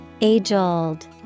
Age-old